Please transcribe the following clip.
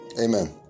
amen